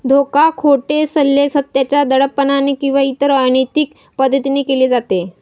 धोका, खोटे सल्ले, सत्याच्या दडपणाने किंवा इतर अनैतिक पद्धतीने केले जाते